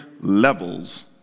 levels